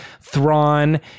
Thrawn